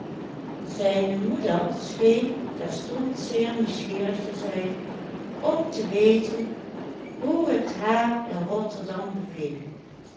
zijne moeder scheen terstond zeer nieuwsgierig te zijn om te weten hoe het haar in rotterdam beviel